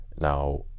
Now